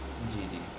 جی جی